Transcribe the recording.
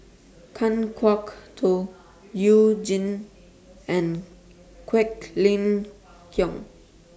Kan Kwok Toh YOU Jin and Quek Ling Kiong